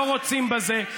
לא רוצים בזה.